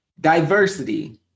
Diversity